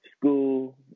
school